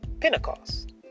Pentecost